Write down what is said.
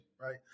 right